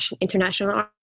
international